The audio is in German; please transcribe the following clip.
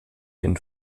den